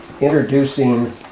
introducing